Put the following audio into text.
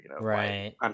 Right